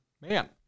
Man